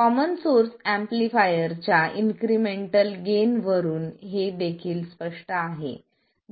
common source amplifier च्या incremental gain वरुन हे देखील स्पष्ट आहे